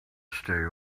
stay